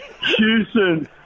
Houston